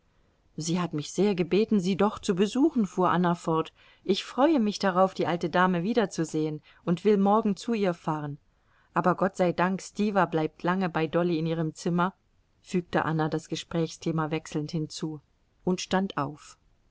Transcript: sie hat mich sehr gebeten sie doch zu besuchen fuhr anna fort ich freue mich darauf die alte dame wiederzusehen und will morgen zu ihr fahren aber gott sei dank stiwa bleibt lange bei dolly in ihrem zimmer fügte anna das gesprächsthema wechselnd hinzu und stand auf